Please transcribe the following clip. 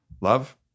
love